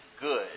good